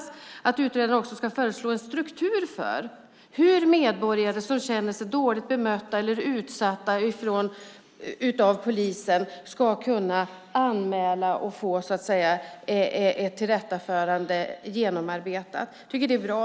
Det handlar också om att utredaren ska föreslå en struktur för hur medborgare som känner sig dåligt bemötta eller utsatta från polisens sida ska kunna anmäla och få så att säga ett tillrättaförande genomarbetat. Jag tycker att detta är bra.